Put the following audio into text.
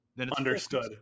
understood